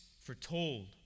foretold